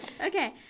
Okay